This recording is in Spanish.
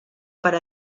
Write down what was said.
para